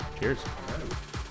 Cheers